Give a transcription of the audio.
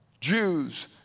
Jews